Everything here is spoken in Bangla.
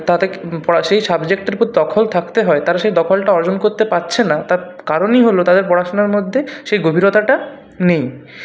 তাতে পড়ার সেই সাবজেক্টটার উপর দখল থাকতে হয় তারা সেই দখলটা অর্জন করতে পারছে না তার কারণই হল তাদের পড়াশোনার মধ্যে সেই গভীরতাটা নেই